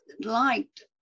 liked